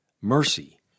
mercy